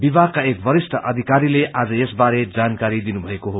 विभागका एक वरिष्ठ अधिकारीले आज यसबारे जानकारी दिनुभएको हो